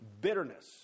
Bitterness